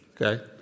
okay